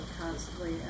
constantly